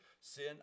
sin